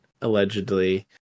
allegedly